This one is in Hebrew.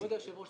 כבוד היושב-ראש,